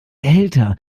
behälter